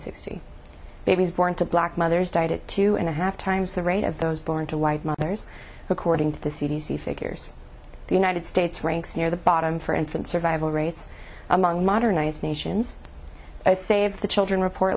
sixty babies born to black mothers died at two and a half times the rate of those born to white mothers according to the c d c figures the united states ranks near the bottom for infant survival rates among modernized nations save the children report